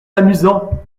amusant